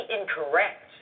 incorrect